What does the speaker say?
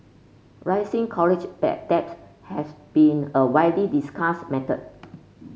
rising college debt has been a widely discussed matter